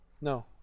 No